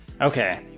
Okay